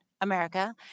america